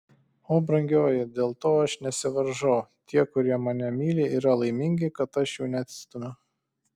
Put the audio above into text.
o brangioji dėl to aš nesivaržau tie kurie mane myli yra laimingi kad aš jų neatstumiu